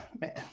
man